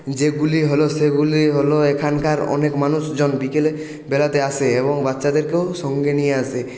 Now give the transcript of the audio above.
যেগুলি হলো সেগুলি হলো এখানকার অনেক মানুষজন বিকেলে বেড়াতে আসে এবং বাচ্চাদেরকেও সঙ্গে নিয়ে আসে